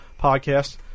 Podcast